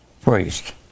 Priest